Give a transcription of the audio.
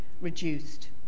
reduced